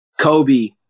Kobe